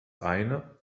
eine